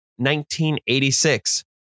1986